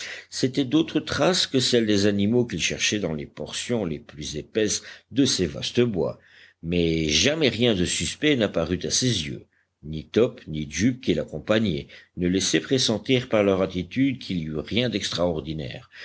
c'étaient d'autres traces que celles des animaux qu'il cherchait dans les portions les plus épaisses de ces vastes bois mais jamais rien de suspect n'apparut à ses yeux ni top ni jup qui l'accompagnaient ne laissaient pressentir par leur attitude qu'il y eût rien d'extraordinaire